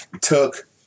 took